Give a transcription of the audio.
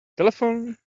telephone